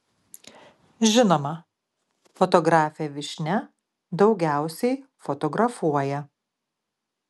žinoma fotografė vyšnia daugiausiai fotografuoja